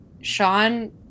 Sean